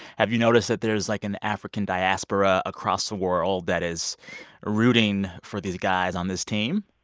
have you noticed that there's, like, an african diaspora across the world that is rooting for these guys on this team?